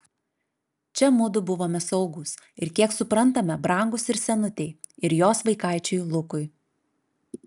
čia mudu buvome saugūs ir kiek suprantame brangūs ir senutei ir jos vaikaičiui lukui